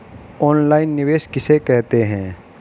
Online निवेश किसे कहते हैं?